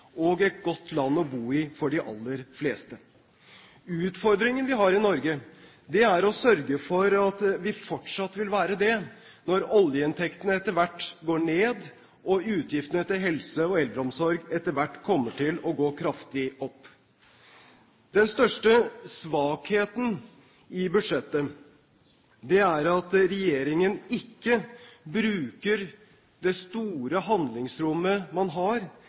og et godt land å bo i for de aller fleste. Utfordringen vi har i Norge, er å sørge for at vi fortsatt vil være det når oljeinntektene etter hvert går ned og utgiftene til helse og eldreomsorg etter hvert kommer til å gå kraftig opp. Den største svakheten i budsjettet er at regjeringen ikke bruker det store handlingsrommet man har